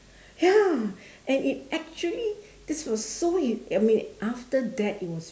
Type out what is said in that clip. ya and it actually this was so you I mean after that it was